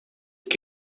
que